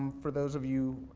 for those of you.